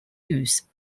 use